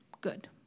good